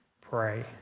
pray